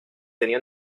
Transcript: tenía